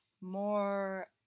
more